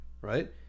right